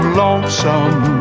lonesome